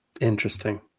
Interesting